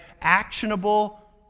actionable